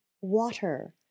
water